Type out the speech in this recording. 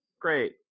great